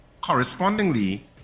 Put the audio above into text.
correspondingly